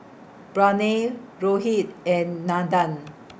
Pranav Rohit and Nandan